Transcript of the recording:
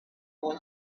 boy